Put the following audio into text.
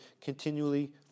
continually